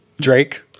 Drake